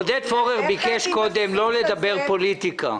עודד פורר ביקש קודם לא לדבר פוליטיקה.